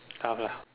tough lah